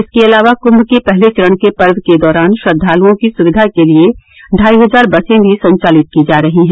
इसके अलावा कुंभ के पहले चरण के पर्व के दौरान श्रद्वालुओं की सुविवा के लिये ढाई हज़ार बसे भी संचालित की जा रही है